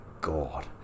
God